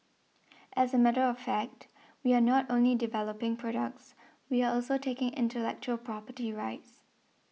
as a matter of fact we are not only developing products we are also taking intellectual property rights